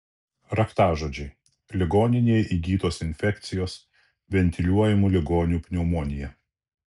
raktažodžiai ligoninėje įgytos infekcijos ventiliuojamų ligonių pneumonija